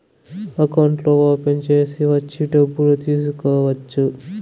అకౌంట్లు ఓపెన్ చేసి వచ్చి డబ్బులు తీసుకోవచ్చు